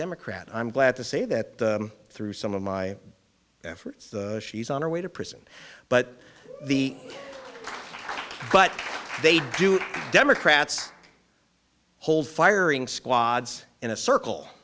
democrat i'm glad to say that through some of my efforts she's on her way to prison but the but they do democrats hold firing squads in a circle